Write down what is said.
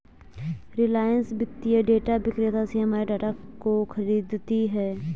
रिलायंस वित्तीय डेटा विक्रेता से हमारे डाटा को खरीदती है